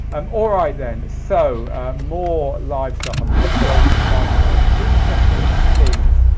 um all right then, so more live stuff. i'm just scrolling to find some interesting things.